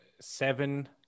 seven